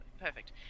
Perfect